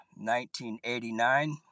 1989